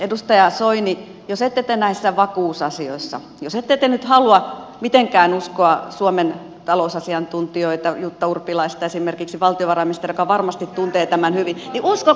edustaja soini jos te ette näissä vakuusasioissa nyt halua mitenkään uskoa suomen talousasiantuntijoita jutta urpilaista esimerkiksi valtiovarainministeriä joka varmasti tuntee tämän hyvin niin uskokaa edes sixten korkmania